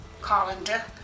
colander